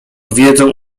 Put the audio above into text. wiedzą